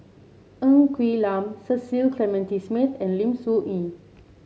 Ng Quee Lam Cecil Clementi Smith and Lim Soo Ngee